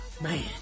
Man